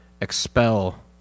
expel